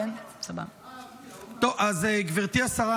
גברתי השרה,